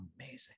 amazing